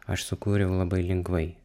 aš sukūriau labai lengvai